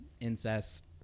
incest